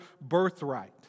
birthright